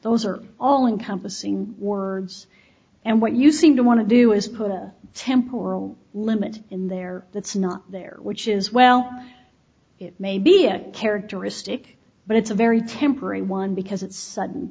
those are all encompassing words and what you seem to want to do is put a temporal limit in there that's not there which is well it may be a characteristic but it's a very temporary one because it's su